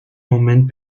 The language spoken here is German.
moment